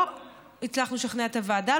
לא הצלחנו לשכנע את הוועדה,